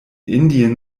indien